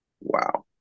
Wow